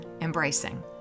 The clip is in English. embracing